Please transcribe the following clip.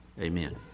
Amen